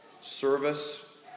service